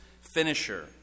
finisher